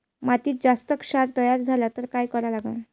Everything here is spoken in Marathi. मातीत जास्त क्षार तयार झाला तर काय करा लागन?